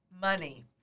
money